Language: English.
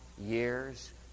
years